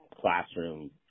classroom